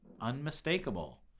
unmistakable